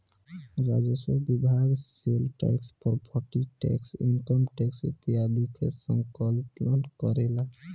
राजस्व विभाग sale tax property tax income tax आदि के संकलन करेला